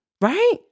Right